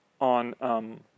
on